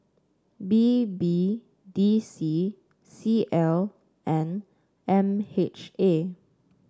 B B D C C L and M H A